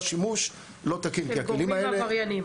שימוש לא תקין --- של גורמים עברייניים.